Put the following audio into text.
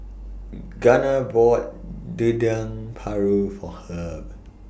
Gunnar bought Dendeng Paru For Herb